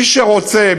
מי שרוצה,